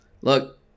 Look